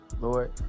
Lord